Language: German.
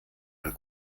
mal